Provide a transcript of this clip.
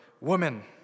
woman